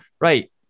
Right